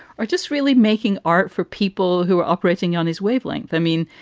are just really making art for people who are operating on his wavelength. i mean,